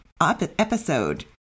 episode